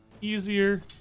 easier